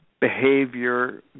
behavior